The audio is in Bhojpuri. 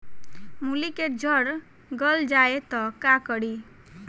मूली के जर गल जाए त का करी?